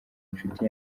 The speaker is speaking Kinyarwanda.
inshuti